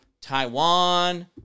Taiwan